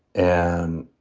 and